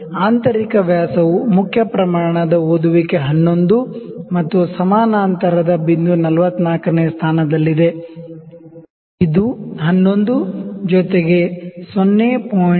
ಆಂತರಿಕ ವ್ಯಾಸವು main scale ದ ರೀಡಿಂಗ್ 11 ಮತ್ತು ಸಮಾನಾಂತರದ ಬಿಂದು 44 ನೇ ಸ್ಥಾನದಲ್ಲಿದೆ ಇದು 11 ಪ್ಲಸ್ 0